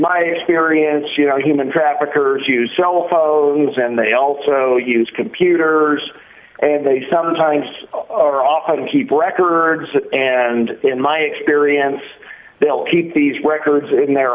my experience you know human traffickers use cell phones and they also use computers and they sometimes are often keep records and in my experience they'll keep these records in their